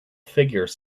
figures